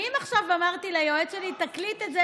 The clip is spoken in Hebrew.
ואם עכשיו אמרתי ליועץ שלי: תקליט את זה,